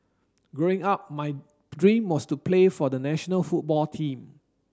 growing up my dream was to play for the national football team